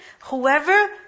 whoever